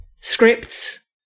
scripts